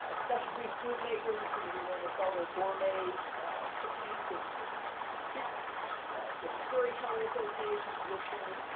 ah specialty food makers, you know, who wanna sell their gourmet cookies and treats. there's a storyteller association, woodturners.